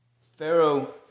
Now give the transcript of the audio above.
Pharaoh